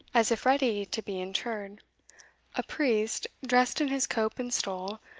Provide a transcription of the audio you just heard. as if ready to be interred a priest, dressed in his cope and stole,